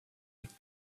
like